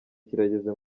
kirageze